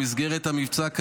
במסגרת המבצע,